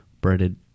breaded